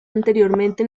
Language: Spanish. anteriormente